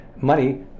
money